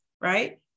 right